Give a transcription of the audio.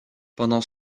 pendant